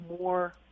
more